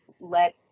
let